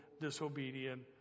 disobedient